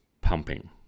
pumping